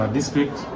District